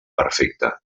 perfecta